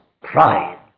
Pride